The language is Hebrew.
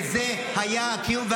וזה היה הקיום,